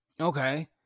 Okay